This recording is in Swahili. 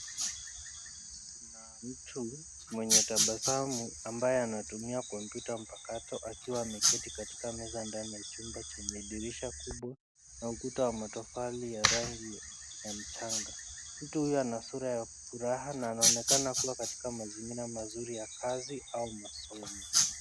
Kuna mtu mwenye tabasamu ambaye anatumia kompyuta mpakato akiwa ameketi katika meza ndani ya chumba chenye dirisha kubwa na ukuta wa matofali ya rangi ya mchanga, mtu huyu ana sura ya furaha na anonekana kua katika mazingira mazuri ya kazi au masomo.